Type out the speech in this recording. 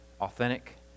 authentic